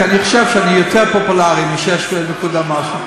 כי אני חושב שאני יותר פופולרי מ-6 נקודה משהו.